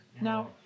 now